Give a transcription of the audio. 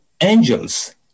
angels